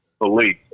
police